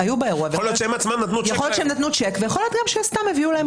יכול להיות שהם נתנו שיק ויכול להיות גם שסתם הביאו להם